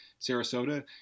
Sarasota